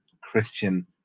Christian